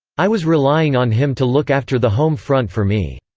i was relying on him to look after the home front for me.